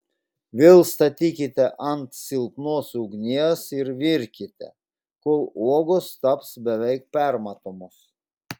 vėl statykite ant silpnos ugnies ir virkite kol uogos taps beveik permatomos